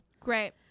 Great